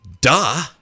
Duh